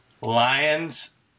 Lions